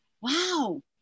wow